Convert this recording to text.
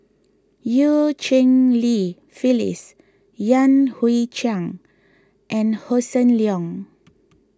Eu Cheng Li Phyllis Yan Hui Chang and Hossan Leong